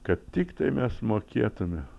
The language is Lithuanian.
kad tiktai mes mokėtume